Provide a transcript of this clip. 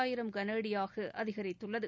ஆயிரம் கன அடியாக அதிகரித்துள்ளது